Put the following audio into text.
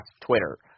Twitter –